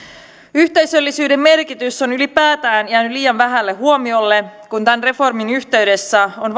yhteisöllisyyden merkitys on ylipäätään jäänyt liian vähälle huomiolle kun tämän reformin yhteydessä on